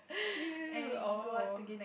oh